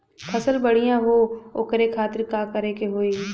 फसल बढ़ियां हो ओकरे खातिर का करे के होई?